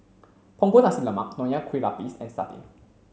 Punggol Nasi Lemak Nonya Kueh Lapis and satay